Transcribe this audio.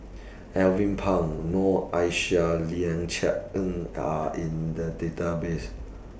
Alvin Pang Noor Aishah and Ling Cher Eng Are in The Database